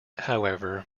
however